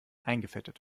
eingefettet